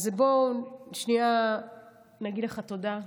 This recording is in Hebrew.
אז בוא שנייה נגיד לך תודה רבה.